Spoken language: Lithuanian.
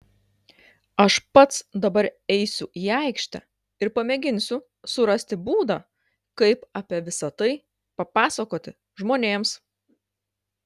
aš pats dabar eisiu į aikštę ir pamėginsiu surasti būdą kaip apie visa tai papasakoti žmonėms